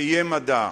ויהיה מדע.